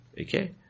Okay